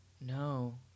No